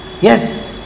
Yes